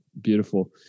Beautiful